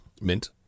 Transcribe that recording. Mint